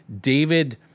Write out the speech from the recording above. David